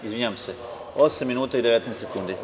Izvinjavam se, osam minuta i 19 sekundi.